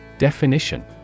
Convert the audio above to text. Definition